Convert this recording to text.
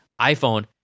iPhone